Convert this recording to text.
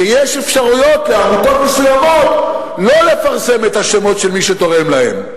שיש אפשרויות לעמותות מסוימות לא לפרסם את השמות של מי שתורם להן.